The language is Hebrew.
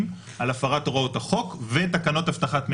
על הפרת הוראות החוק ותקנות אבטחת מידע,